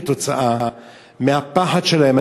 כתוצאה מהפחד שלהם,